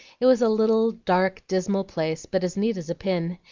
it was a little, dark, dismal place, but as neat as a pin,